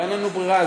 אין לנו ברירה,